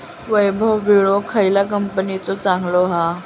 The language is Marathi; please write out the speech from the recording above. वैभव विळो खयल्या कंपनीचो चांगलो हा?